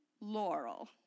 Laurel